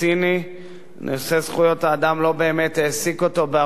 נושא זכויות האדם לא באמת העסיק אותו בהרבה מאוד נגזרות.